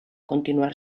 continuar